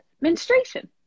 menstruation